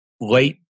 late